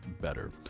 better